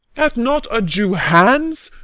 hath not a jew hands,